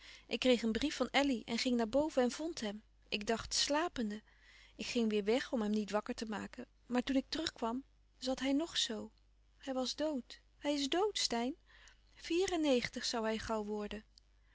ik kreeg een brief van elly en ging naar boven en vond hem ik dacht slapende ik ging weêr weg om hem niet wakker te maken maar toen ik terug kwam zat hij nog zoo hij was dood hij is dood steyn vier en negentig zoû hij gauw worden